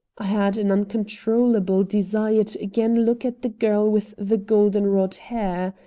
i had an uncontrollable desire to again look at the girl with the golden-rod hair.